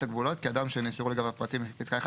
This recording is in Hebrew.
הגבולות כי אדם שנמסרו לגביו פרטים לפי פסקה (1),